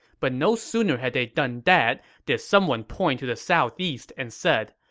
but no sooner had they done that did someone point to the southeast and said,